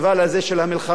כאילו עושה את זה בתשוקה,